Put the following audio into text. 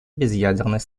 безъядерной